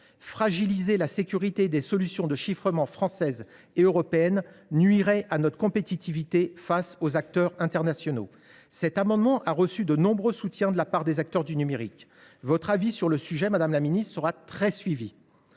Fragiliser la sécurité des solutions de chiffrement françaises et européennes nuirait à notre compétitivité face aux acteurs internationaux. Cet amendement a reçu de nombreux soutiens de la part des acteurs du numérique. Votre avis, madame la ministre, fera l’objet